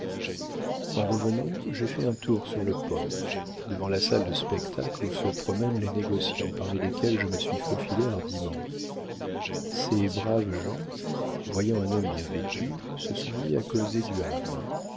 en revenant j'ai fait un tour sur le port devant la salle de spectacle où se promènent les négociants parmi lesquels je me suis faufilé hardiment ces braves gens voyant un homme bien vêtu se sont mis à causer du havre